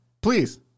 Please